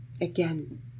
Again